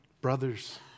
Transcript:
brothers